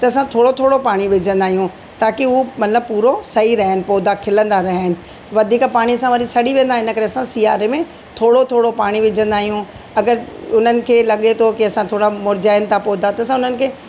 त असां थोरो थोरो पाणी विझंदा आहियूं ताकी हू मतिलबु पूरो सही रहन पौधा खिलंदा रहन वधीक पाणी सां वरी सड़ी वेंदा त इन करे असां सियारे में थोरो थोरो पाणी विझंदा आहियूं अगरि उन्हनि खे लॻे थो की असां थोरा मुरझाइनि था पौधा त असां उन्हनि खे